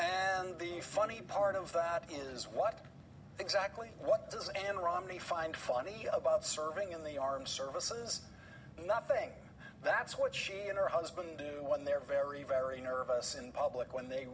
and the funny part of that is what exactly what does ann romney find funny about serving in the armed services nothing that's what she and her husband do when they're very very nervous in public when they